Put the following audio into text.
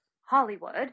Hollywood